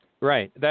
Right